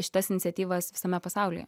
šitas iniciatyvas visame pasaulyje